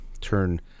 turn